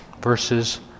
verses